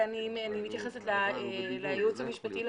אני מתייחסת לייעוץ המשפטי לוועדה.